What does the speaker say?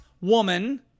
woman